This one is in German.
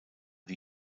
die